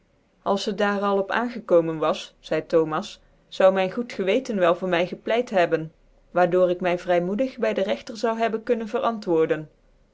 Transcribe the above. als het daar al op aangekomen was zeide thomas zou rayn rjocd geweten wel voor my gepleit hebben waar door ik my vrymocdig by den rechter zou hebben kunnen verantwoorden